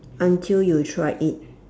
until you tried it